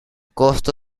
costo